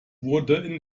wurde